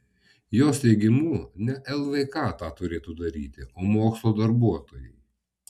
jos teigimu ne lvk tą turėtų daryti o mokslo darbuotojai